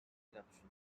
eruption